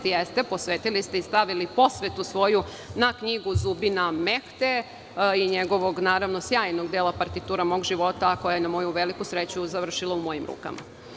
Jeste, posvetili ste i stavili posvetu svoju na knjigu „Zubina mehte“ i njegovog sjajnog dela „Partitura mog života“, koja je, na moju veliku sreću, završila u mojim rukama.